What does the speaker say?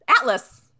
Atlas